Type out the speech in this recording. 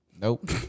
Nope